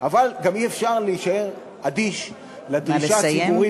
אבל גם אי-אפשר להישאר אדיש לדרישה הציבורית